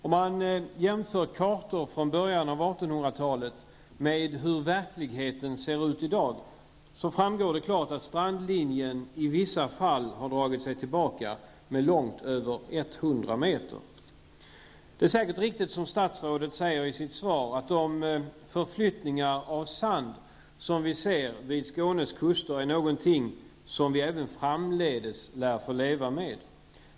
Om man jämför kartor från början av 1800-talet med hur verkligheten ser ut i dag, framgår det klart att strandlinjen i vissa fall har dragit sig tillbaka långt över 100 meter. Det är säkert riktigt, som statsrådet säger i sitt svar, att de förflyttningar av sand som vi ser vid Skånes kuster är någonting ''som vi även framdeles lär få leva med''.